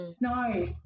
no